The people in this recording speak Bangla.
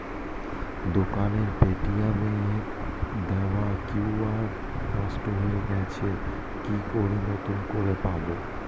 দোকানের পেটিএম এর দেওয়া কিউ.আর নষ্ট হয়ে গেছে কি করে নতুন করে পাবো?